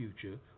future